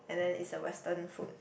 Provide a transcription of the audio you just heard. and then is a western food